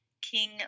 King